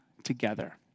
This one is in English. together